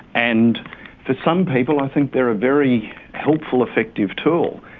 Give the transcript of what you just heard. and for some people i think they are a very helpful, effective tool.